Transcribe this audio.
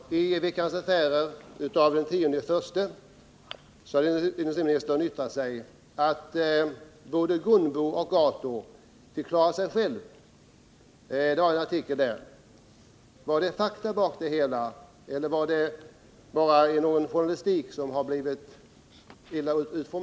Herr talman! I en artikel i Veckans Affärer nr 2 den 10 januari 1980 har industriministern yttrat att både Gunboföretagen och Ato fick klara sig själva. Var det fakta bakom det hela eller var det bara illa utformad journalistik?